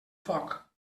foc